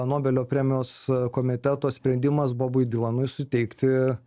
nobelio premijos komiteto sprendimas bobui dilanui suteikti